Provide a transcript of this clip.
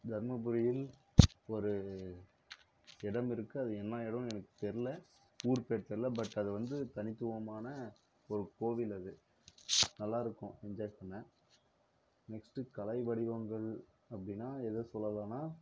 தர்மபுரியில் ஒரு இடம் இருக்குது அது என்ன இடம்னு எனக்கு தெரியலை ஊர் பேர் தெரியலை பட் அது வந்து தனித்துவமான ஒரு கோவில் அது நல்லா இருக்கும் என்ஜாய் பண்ண நெக்ஸ்ட்டு கலை வடிவங்கள் அப்படின்னால் எதை சொல்லலாம்னால்